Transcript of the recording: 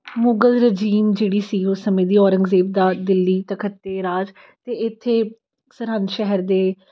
ਮੁਗਲ ਰਜੀਨ ਜਿਹੜੀ ਸੀ ਉਸ ਸਮੇਂ ਦੀ ਔਰੰਗਜ਼ੇਬ ਦਾ ਦਿੱਲੀ ਤਖ਼ਤ 'ਤੇ ਰਾਜ ਅਤੇ ਇੱਥੇ ਸਰਹੰਦ ਸ਼ਹਿਰ ਦੇ